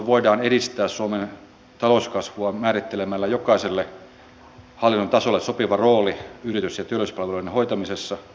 me tarvitsisimme yhtenäisen systeemin joka olisi oikeudenmukainen jokaiselle suomalaiselle ja sen takia kysynkin